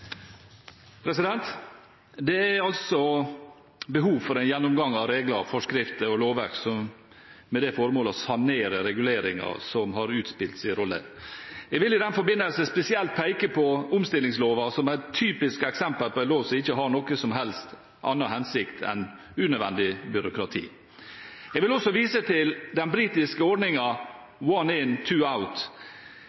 Det er behov for en gjennomgang av regler, forskrifter og lovverk med det formål å sanere reguleringer som har utspilt sin rolle. Jeg vil i den forbindelse spesielt peke på omstillingsloven som et typisk eksempel på en lov som ikke har noen som helst annen hensikt enn unødvendig byråkrati. Jeg vil også vise til den britiske